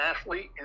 athlete